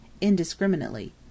indiscriminately